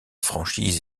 franchise